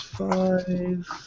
five